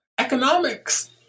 economics